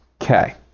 Okay